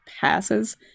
passes